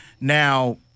Now